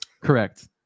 Correct